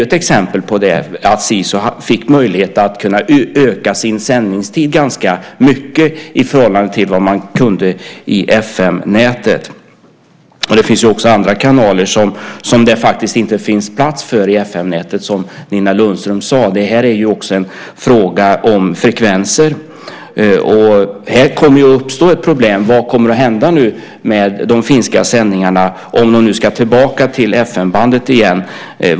Att Sisu kunde utöka sin sändningstid i förhållande till vad man kunde i FM-nätet är ett exempel på det. Det finns också andra kanaler som det inte finns plats för i FM-nätet, som Nina Lundström sade. Det är ju en fråga om frekvenser. Det uppstår ett problem, och man kan undra vad som kommer att hända med de finska sändningarna om de nu ska tillbaka till FM-bandet igen.